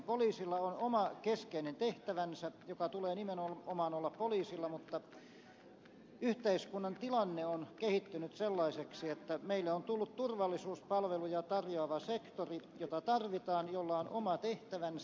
poliisilla on oma keskeinen tehtävänsä joka tulee nimenomaan olla poliisilla mutta yhteiskunnan tilanne on kehittynyt sellaiseksi että meille on tullut turvallisuuspalveluja tarjoava sektori jota tarvitaan jolla on oma tehtävänsä